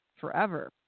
forever